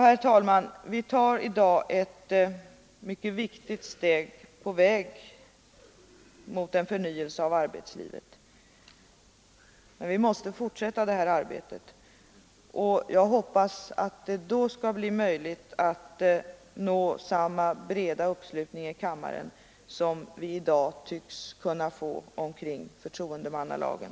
Herr talman! Vi tar i dag ett mycket viktigt steg på väg mot en förnyelse av arbetslivet. Men vi måste fortsätta det här arbetet, och jag hoppas att det då skall bli möjligt att nå samma breda uppslutning i kammaren som vi i dag tycks kunna få omkring förtroendemannalagen.